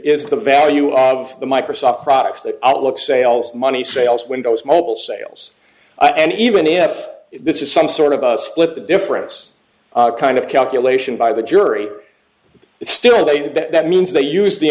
is the value of the microsoft products the outlook sales money sales windows mobile sales and even if this is some sort of split the difference kind of calculation by the jury is still a bet that means they use the